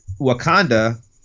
Wakanda